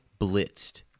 blitzed